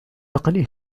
قليل